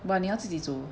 but 你要自己煮